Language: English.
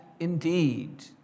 Indeed